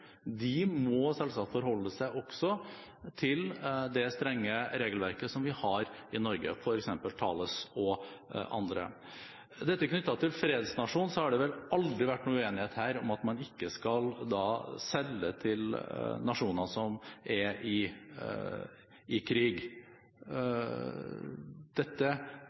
må forholde seg til det strenge regelverket som vi har i Norge. Til dette med fredsnasjon: Her har det aldri vært noen uenighet om at man ikke skal selge til nasjoner som er i krig. Dette